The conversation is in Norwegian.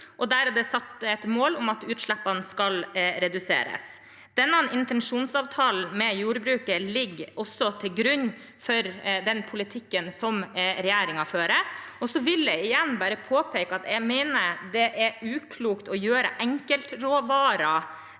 Der er det satt et mål om at utslippene skal reduseres. Denne intensjonsavtalen med jordbruket ligger også til grunn for den politikken som regjeringen fører. Jeg vil igjen bare påpeke at jeg mener det er uklokt å gjøre enkeltråvarer